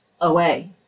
away